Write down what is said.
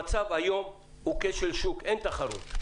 המצב היום הוא כשל שוק, אין תחרות.